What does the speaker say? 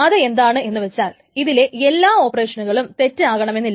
അത് എന്താണ് എന്ന് വെച്ചാൽ ഇതിലെ എല്ലാ ഓപ്പറേഷനുകളും തെറ്റ് ആകണമെന്നില്ല